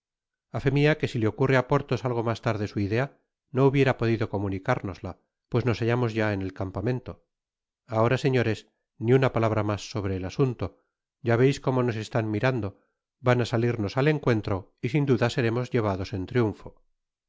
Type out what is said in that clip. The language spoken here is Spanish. fé mia que si le ocurre á porthos algo mas tarde su idea no hubiera podido comunicárnosla pues nos hallamos ya en el campamento ahora señores ni una palabra mas sobre el asunto ya veis como nos están mirando van á salimos al encuentro y sin duda seremos llevados en triunfo